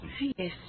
Yes